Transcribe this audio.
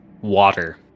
Water